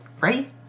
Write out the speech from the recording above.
right